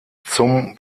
zum